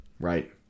Right